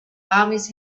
armies